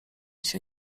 się